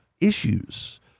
issues